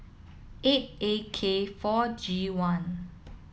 eight A K four G one